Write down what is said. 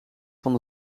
van